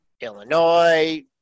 Illinois